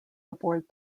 aboard